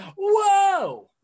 whoa